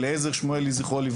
אליעזר שמואלי ז"ל,